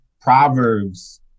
proverbs